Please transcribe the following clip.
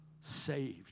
saved